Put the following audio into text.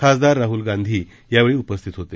खासदार राहुल गांधी यावेळी उपस्थित होते